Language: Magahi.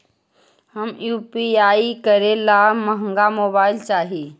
हम यु.पी.आई करे ला महंगा मोबाईल चाही?